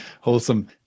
wholesome